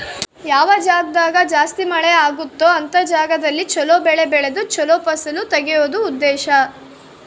ಯಾವ ಜಾಗ್ದಾಗ ಜಾಸ್ತಿ ಮಳೆ ಅಗುತ್ತೊ ಅಂತ ಜಾಗದಲ್ಲಿ ಚೊಲೊ ಬೆಳೆ ಬೆಳ್ದು ಚೊಲೊ ಫಸಲು ತೆಗಿಯೋದು ಉದ್ದೇಶ